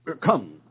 Come